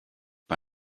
bei